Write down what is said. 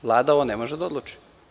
Vlada ovo ne može da odluči.